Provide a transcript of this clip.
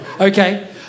okay